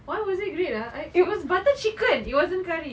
why was it great ah I it was butter chicken it wasn't curry